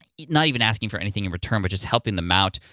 not even asking for anything in return, but just helping them out.